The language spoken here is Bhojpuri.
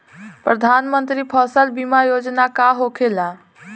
प्रधानमंत्री फसल बीमा योजना का होखेला?